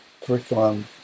curriculum